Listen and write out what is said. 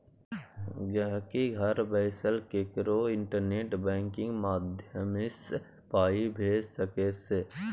गांहिकी घर बैसल ककरो इंटरनेट बैंकिंग माध्यमसँ पाइ भेजि सकै छै